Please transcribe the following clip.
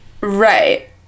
Right